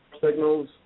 signals